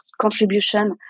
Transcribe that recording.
contribution